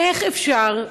איך אפשר,